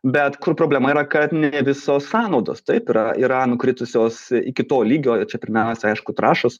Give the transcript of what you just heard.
bet kur problema yra kad ne visos sąnaudos taip yra yra nukritusios iki to lygio čia pirmiausia aišku trąšos